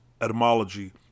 etymology